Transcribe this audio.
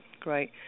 great